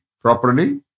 properly